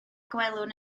gwelwn